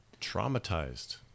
Traumatized